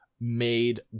made